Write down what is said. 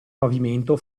pavimento